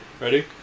Ready